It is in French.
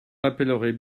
rappellerez